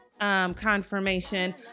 confirmation